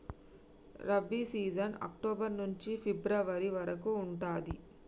rabi season October నుంచి February వరకు ఉంటది